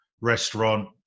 restaurant